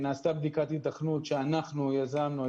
נעשתה בדיקת היתכנות שאנחנו יזמנו.